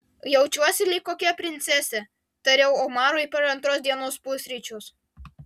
jaučiuosi lyg kokia princesė tariau omarui per antros dienos pusryčius